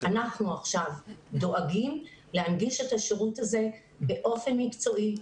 אנחנו עכשיו דואגים להנגיש את השירות הזה באופן מקצועי,